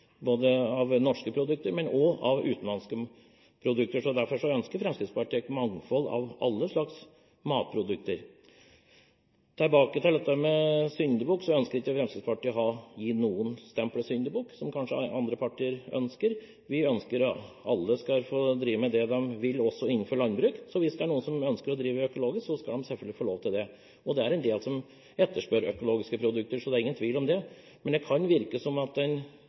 både av norske produkter og av utenlandske produkter. Derfor ønsker Fremskrittspartiet et mangfold når det gjelder alle slags matprodukter. Tilbake til dette med syndebukk: Fremskrittspartiet ønsker ikke å gi noen stemplet syndebukk, som andre partier kanskje ønsker. Vi ønsker at alle skal få drive med det de vil, også innenfor landbruk, så hvis det er noen som ønsker å drive økologisk, skal de selvfølgelig få lov til det, og det er en del som etterspør økologiske produkter. Så det er ingen tvil om det, men det kan virke som om ikke alt det økologiske blir solgt som økologisk. Blant annet blir en